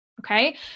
Okay